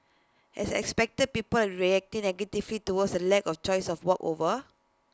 as expected people are reacting negatively towards the lack of choice of A walkover